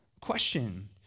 question